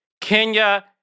Kenya